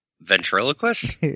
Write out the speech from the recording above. Ventriloquist